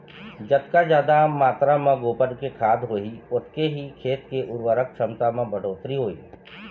जतका जादा मातरा म गोबर के खाद होही ओतके ही खेत के उरवरक छमता म बड़होत्तरी होही